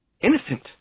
Innocent